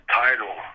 title